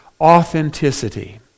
Authenticity